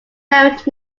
married